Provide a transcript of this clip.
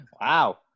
Wow